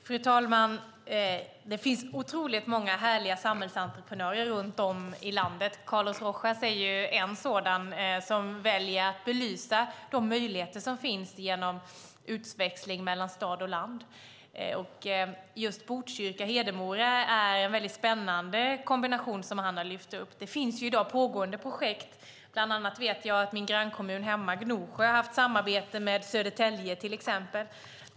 Fru talman! Det finns otroligt många härliga samhällsentreprenörer runt om i landet. Carlos Rojas är en sådan som väljer att belysa de möjligheter som finns genom utväxling mellan stad och land. Just Botkyrka och Hedemora är en mycket spännande kombination som han har lyft upp. Det finns i dag pågående projekt. Jag vet att bland annat min grannkommun hemma, Gnosjö, har haft samarbete med Södertälje.